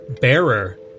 Bearer